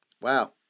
Wow